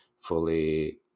fully